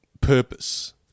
purpose